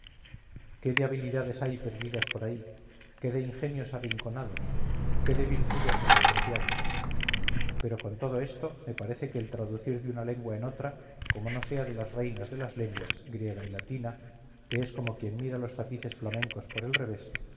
qué de habilidades hay perdidas por ahí qué de ingenios arrinconados qué de virtudes menospreciadas pero con todo esto me parece que el traducir de una lengua en otra como no sea de las reinas de las lenguas griega y latina es como quien mira los tapices flamencos por el revés